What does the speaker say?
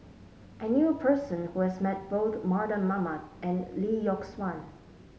I knew a person who has met both Mardan Mamat and Lee Yock Suan